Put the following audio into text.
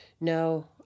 No